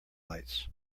lights